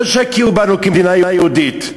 לא שיכירו בנו כמדינה יהודית,